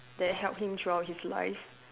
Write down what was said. that helped him throughout his life